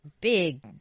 big